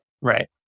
Right